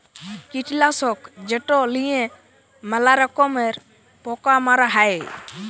কীটলাসক যেট লিঁয়ে ম্যালা রকমের পকা মারা হ্যয়